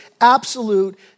absolute